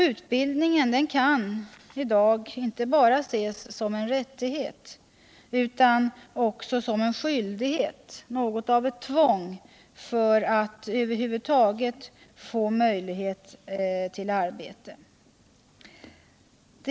Utbildningen kan i dag ses inte enbart som en rättighet utan också som en skyldighet, som något av ett tvång för att över huvud taget få möjlighet till arbete.